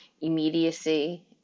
immediacy